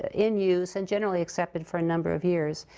ah in use and generally accepted for a number of years,